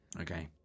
Okay